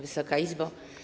Wysoka Izbo!